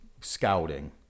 scouting